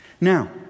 Now